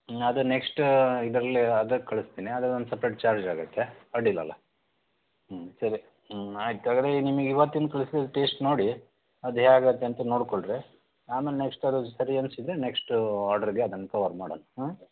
ಹ್ಞೂ ಅದು ನೆಕ್ಸ್ಟ ಇದರಲ್ಲಿ ಅದು ಕಳಿಸ್ತೀನಿ ಅದು ಒಂದು ಸಪ್ರೇಟ್ ಚಾರ್ಜಾಗುತ್ತೆ ಅಡ್ಡಿಯಿಲ್ಲಲ್ಲಾ ಹ್ಞೂ ಸರಿ ಹ್ಞೂ ಆಯಿತು ಹಾಗಾದ್ರೆ ನಿಮಗೆ ಇವತ್ತಿಂದು ಕಳ್ಸಿದ ಟೇಶ್ಟ್ ನೋಡಿ ಅದು ಹ್ಯಾಗತ್ತೆ ಅಂತ ನೋಡ್ಕೊಳ್ರಿ ಆಮೇಲೆ ನೆಕ್ಸ್ಟ್ ಅದು ಸರಿ ಅನಿಸಿದ್ರೆ ನೆಕ್ಸ್ಟು ಆರ್ಡ್ರ್ಗೆ ಅದನ್ನ ಕವರ್ ಮಾಡೋಣ ಹಾಂ